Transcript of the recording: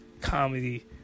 comedy